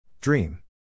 Dream